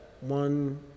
one